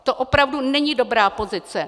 To opravdu není dobrá pozice.